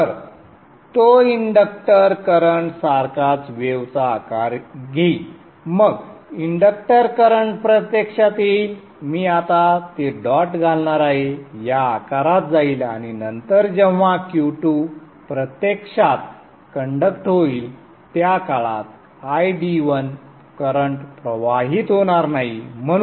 तर तो inductor current सारखाच वेव चा आकार घेईल मग इंडक्टर करंट प्रत्यक्षात येईल मी आता ते डॉट घालणार आहे या आकारात जाईल आणि नंतर जेव्हा Q2 प्रत्यक्षात कंडक्ट होईल त्या काळात ID1 करंट प्रवाहित होणार नाही